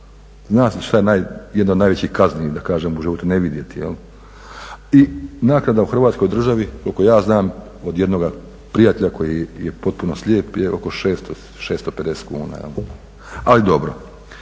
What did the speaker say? Zna se šta je jedna od najvećih kazni da kažem u životu, ne vidjeti. I naknada u Hrvatskoj državi koliko ja znam od jednoga prijatelja koji je potpuno slijep je oko 600, 650 kuna, ali dobro.